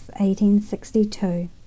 1862